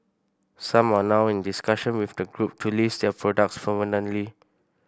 some are now in discussion with the Group to list their products permanently